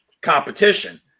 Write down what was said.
competition